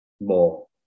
more